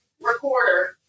Recorder